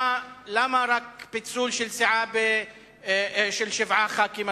למה פיצול של סיעה רק של שבעה חברי כנסת,